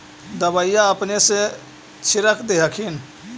दबइया अपने से छीरक दे हखिन?